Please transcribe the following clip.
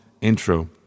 intro